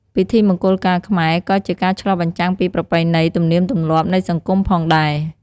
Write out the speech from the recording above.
ពិធីមង្គលការខ្មែរក៏ជាការឆ្លុះបញ្ចាំងពី ប្រពៃណី ទំនៀមទំម្លាប់នៃសង្គម ផងដែរ។